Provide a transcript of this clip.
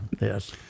Yes